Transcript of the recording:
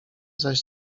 zaś